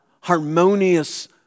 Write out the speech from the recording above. harmonious